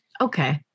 Okay